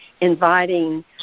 inviting